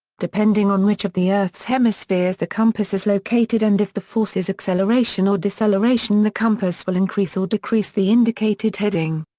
depending on which of the earth's hemispheres the compass is located and if the force is acceleration or deceleration the compass will increase or decrease the indicated heading.